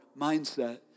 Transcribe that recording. Mindset